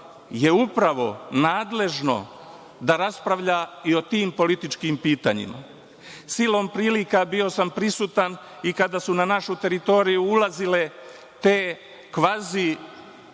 je upravo nadležno da raspravlja i o tim političkom pitanjima. Silom prilika bio sam prisutan i kada su na našu teritoriju ulazile te kvazi,